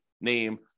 name